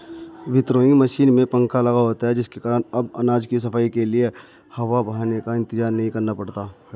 winnowing machine में पंखा लगा होता है जिस कारण अब अनाज की सफाई के लिए हवा बहने का इंतजार नहीं करना पड़ता है